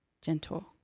gentle